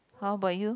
how about you